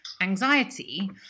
anxiety